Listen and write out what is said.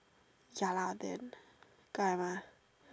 ya lah then guy mah